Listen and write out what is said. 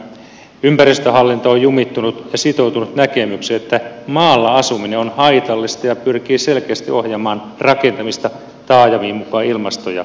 ympäristöhallinto on jumittunut ja sitoutunut näkemykseen että maalla asuminen on haitallista ja pyrkii selkeästi ohjaamaan rakentamista taajamiin muka ilmasto ja ympäristösyillä